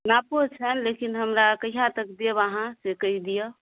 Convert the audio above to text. नापो छनि लेकिन हमरा कहिआ तक देब अहाँ से कहि दिअ